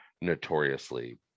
notoriously